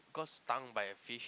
got stung by a fish